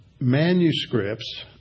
manuscripts